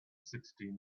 sixteen